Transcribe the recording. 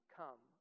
come